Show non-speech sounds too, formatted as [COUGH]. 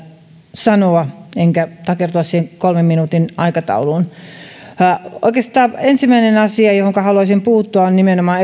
sanoa enkä halua takertua siihen kolmen minuutin aikatauluun oikeastaan ensimmäinen asia johonka haluaisin puuttua on nimenomaan [UNINTELLIGIBLE]